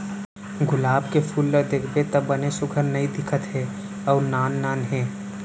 गुलाब के फूल ल देखबे त बने सुग्घर नइ दिखत हे अउ नान नान हे